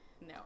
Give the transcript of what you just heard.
no